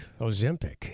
Ozempic